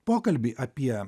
pokalbį apie